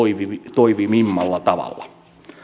toimivimmalla tavalla